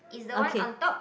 okay